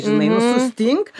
žinai nu sustink